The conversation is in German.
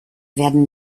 werden